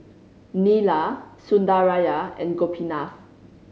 Neila Sundaraiah and Gopinath